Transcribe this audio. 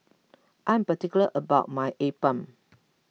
I am particular about my Appam